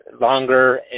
longer